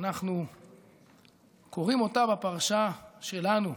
אנחנו קוראים אותה בפרשה שלנו,